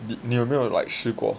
你有没有 like 试过